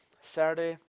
Saturday